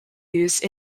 used